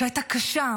שהייתה קשה.